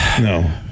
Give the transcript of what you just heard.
No